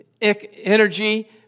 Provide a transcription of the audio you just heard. energy